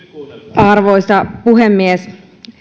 arvoisa puhemies